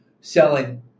selling